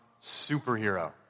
Superhero